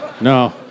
No